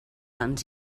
ens